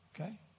Okay